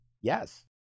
yes